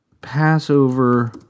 Passover